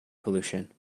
pollution